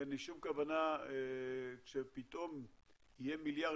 אין לי שום כוונה כשפתאום יהיה מיליארד